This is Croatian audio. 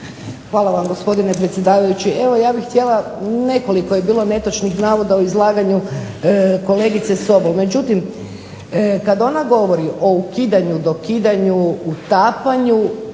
Hvala vam gospodine predsjedavajući. Evo ja bih htjela, nekoliko je bilo netočnih navoda u izlaganju kolegice Sobol, međutim kad ona govori o ukidanju, dokidanju, utapanju,